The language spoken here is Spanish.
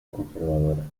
conservadora